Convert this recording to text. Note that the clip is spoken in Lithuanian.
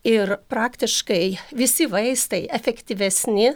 ir praktiškai visi vaistai efektyvesni